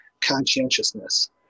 conscientiousness